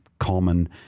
Common